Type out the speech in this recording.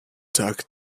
tag